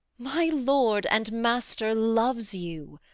my lord and master loves you